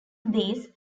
these